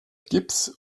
gips